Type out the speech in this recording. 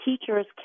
teachers